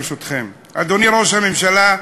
ברשותכם: אדוני ראש הממשלה,